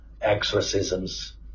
exorcisms